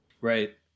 Right